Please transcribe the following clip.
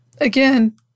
Again